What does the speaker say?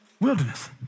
wilderness